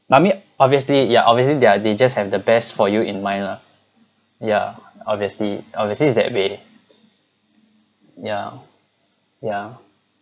I mean obviously ya obviously they're they just have the best for you in mind lah ya obviously obviously it's that way yeah yeah